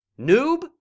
Noob